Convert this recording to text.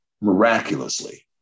miraculously